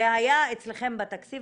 זה היה אצלכם בתקציב.